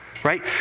right